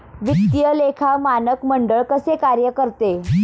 वित्तीय लेखा मानक मंडळ कसे कार्य करते?